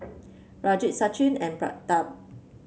Rajat Sachin and Pratap